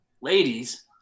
ladies